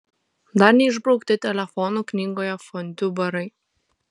dar neišbraukti telefonų knygoje fondiu barai